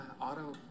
auto